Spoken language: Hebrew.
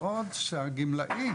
בעוד שהגמלאי